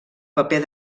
paper